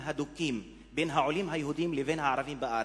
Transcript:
הדוקים בין העולים היהודים לבין הערבים בארץ.